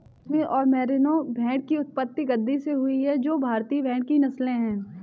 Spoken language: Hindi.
कश्मीर और मेरिनो भेड़ की उत्पत्ति गद्दी से हुई जो भारतीय भेड़ की नस्लें है